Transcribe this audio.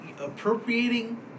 appropriating